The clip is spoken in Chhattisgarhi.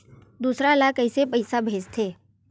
दूसरा ला कइसे पईसा भेजथे?